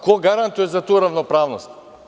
Ko garantuje za tu ravnopravnost?